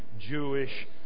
Jewish